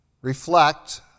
reflect